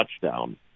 touchdown